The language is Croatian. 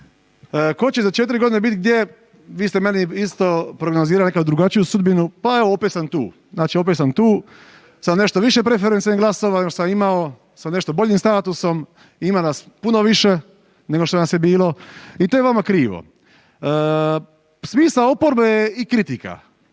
Ko će za 4.g. bit gdje vi ste meni isto prognozirali nekakvu drugačiju sudbinu, pa evo opet sam tu, znači opet sam tu sa nešto više preferencijalnih glasova nego šta sam imao sa nešto boljim statusom, ima nas puno više nego što nas je bilo i to je vama krivo. Smisao oporbe je i kritika.